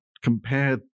compare